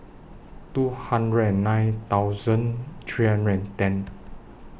two hundred nine thousand three hundred and ten